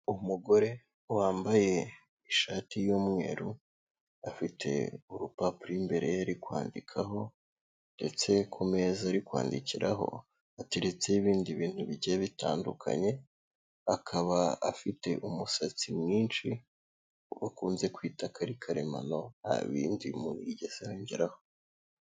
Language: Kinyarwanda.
Umugore wambaye ishati y'umweru, afite urupapuro imbere ye ari kwandikaho, ndetse ku meza ari kwandikiraho ateretseho ibindi bintu bigiye bitandukanye, akaba afite umusatsi mwinshi bakunze kwita ko ari karemano nta bindi umuntu yigeze yongeraho.